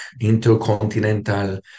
Intercontinental